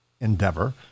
endeavor